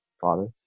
Father